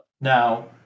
Now